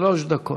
שלוש דקות.